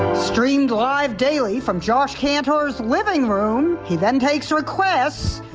streamed live daily from josh campers living room he then takes requests.